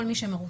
כל מי שמרוצף,